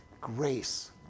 Grace